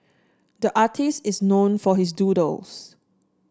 the artist is known for his doodles